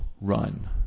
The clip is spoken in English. run